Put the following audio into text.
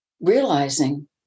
realizing